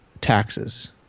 taxes